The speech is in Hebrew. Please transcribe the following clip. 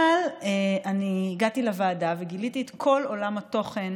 אבל אני הגעתי לוועדה וגיליתי את כל עולם התוכן